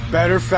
Better